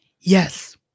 Yes